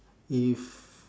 if